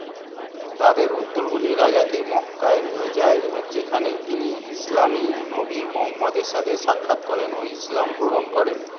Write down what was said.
তাদের উত্তরগুলি রাজাকে মক্কায় নিয়ে যায় এবার যেখানে তিনি ইসলামী নবী মহম্মদের সাথে সাক্ষাত করেন ও ইসলাম গ্রহণ করেন